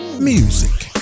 music